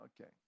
okay